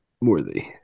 worthy